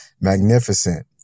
magnificent